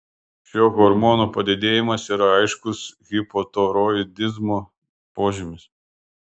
šio hormono padidėjimas yra aiškus hipotiroidizmo požymis